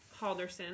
Halderson